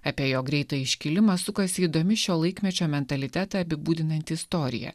apie jo greitą iškilimą sukasi įdomi šio laikmečio mentalitetą apibūdinanti istorija